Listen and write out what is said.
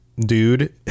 dude